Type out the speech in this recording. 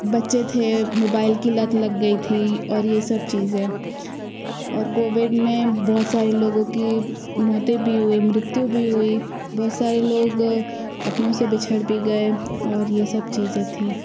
बच्चे थे मोबाईल की लत लग गई थी और ये सब चीज़े और कोविड में बहुत सारे लोगों की मौते भी हुई मृत्यु भी हुई बहुत सारे लोग अपनों से बिछड़ भी गए और ये सब चीज़े थी